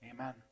Amen